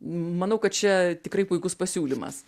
manau kad čia tikrai puikus pasiūlymas